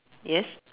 yes